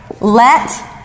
Let